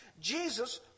Jesus